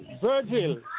Virgil